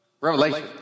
Revelation